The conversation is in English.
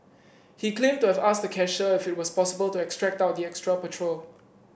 he claimed to have asked the cashier if it was possible to extract out the extra petrol